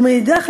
ומאידך,